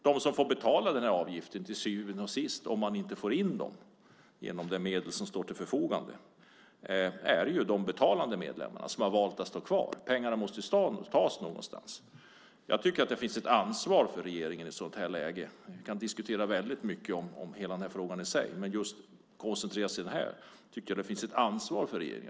De som till syvende och sist får betala den här avgiften, om man inte får in pengarna genom de medel som står till förfogande, är ju de betalande medlemmarna, de som har valt att stanna kvar. Pengarna måste ju tas någonstans. Jag tycker att det finns ett ansvar för regeringen i ett sådant läge. Vi kan diskutera hela frågan i sig väldigt mycket, men om vi ska koncentrera oss på det här tycker jag att det finns ett ansvar för regeringen.